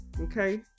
okay